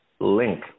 link